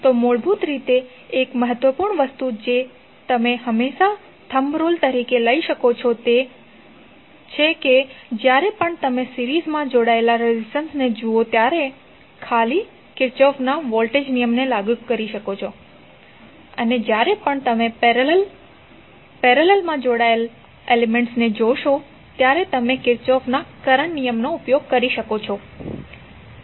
તો મૂળભૂત રીતે એક મહત્વપૂર્ણ વસ્તુ જે તમે હંમેશા થમ્બ રુલ તરીકે લઈ શકો છો તે છે કે જ્યારે પણ તમે સિરીઝમાં જોડાયેલા એલિમેન્ટ્સને જુઓ ત્યારે તમે ખાલી કિર્ચોફનો વોલ્ટેજ નિયમ લાગુ કરી શકો છો અને જ્યારે તમે પેરેલલ ફેશન માં જોડાયેલા એલિમેન્ટ્સ જોશો ત્યારે તમે કિર્ચોફના કરંટ નિયમનો ઉપયોગ કરી શકો છો